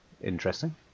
interesting